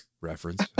reference